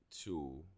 Two